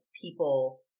people